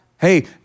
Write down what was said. Hey